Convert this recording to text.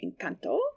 Encanto